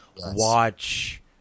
watch